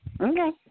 Okay